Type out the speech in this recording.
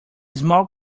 small